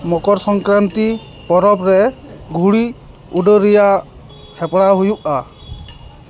ᱢᱚᱠᱚᱨ ᱥᱚᱝᱠᱨᱟᱱᱛᱤ ᱯᱚᱨᱚᱵᱽ ᱨᱮ ᱜᱷᱩᱲᱤ ᱩᱰᱟᱹᱣ ᱨᱮᱭᱟᱜ ᱦᱮᱯᱨᱟᱣ ᱦᱩᱭᱩᱜᱼᱟ